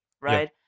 right